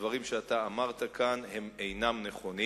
שהדברים שאמרת כאן אינם נכונים.